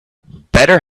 better